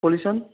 pollution